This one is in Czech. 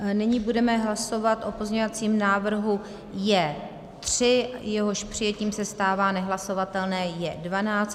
Nyní budeme hlasovat o pozměňovacím návrhu J3, jehož přijetím se stává nehlasovatelné J12.